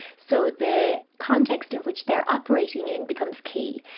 so the context in which they are operating in becomes key.